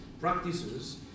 practices